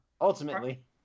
Ultimately